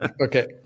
Okay